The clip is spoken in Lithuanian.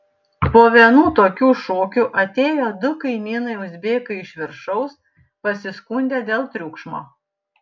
po vienų tokių šokių atėjo du kaimynai uzbekai iš viršaus pasiskundė dėl triukšmo